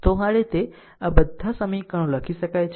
તો આ રીતે આ બધા સમીકરણો લખી શકાય છે